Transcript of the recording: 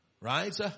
right